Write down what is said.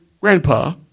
grandpa